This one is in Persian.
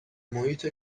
محیط